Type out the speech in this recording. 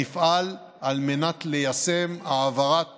נפעל ליישם את העברת